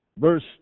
verse